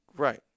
Right